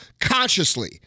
consciously